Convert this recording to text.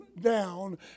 down